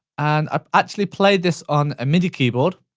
and i've actually played this on a midi keyboard,